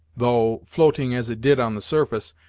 though, floating as it did on the surface,